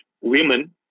women